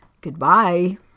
Goodbye